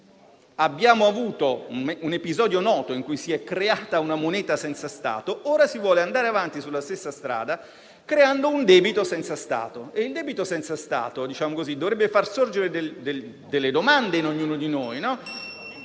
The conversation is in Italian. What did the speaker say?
altro noto episodio quando si è creata una moneta senza Stato, ora si vuole andare avanti sulla stessa strada, creando un debito senza Stato e il debito senza Stato dovrebbe far sorgere delle domande in ognuno di noi.